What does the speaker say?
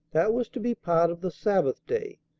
that was to be part of the sabbath day,